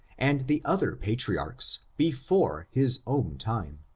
and the other patriarchs before his own time.